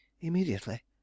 Immediately